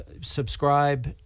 subscribe